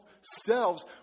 selves